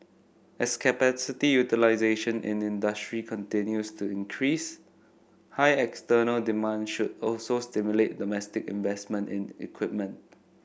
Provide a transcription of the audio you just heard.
as capacity utilisation in industry continues to increase high external demand should also stimulate domestic investment in equipment